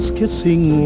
kissing